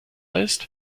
ist